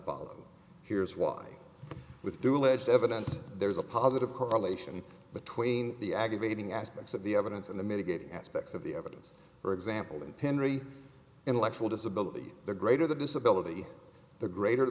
follow here's why with due alleged evidence there is a positive correlation between the aggravating aspects of the evidence and the mitigating aspects of the evidence for example in penry intellectual disability the greater the disability the greater